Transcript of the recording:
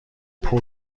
پول